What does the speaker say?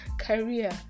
career